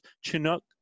Chinook